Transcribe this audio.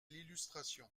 l’illustration